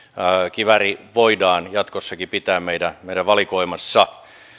kivääri voidaan jatkossakin pitää meidän meidän valikoimassamme